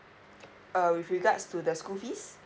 uh with regards to the school fees